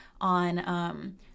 on